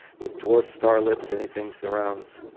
with dwarf star lips anything surrounds.